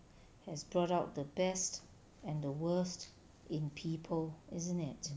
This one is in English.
has brought out the best and the worst in people isn't it